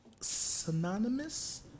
synonymous